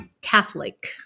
Catholic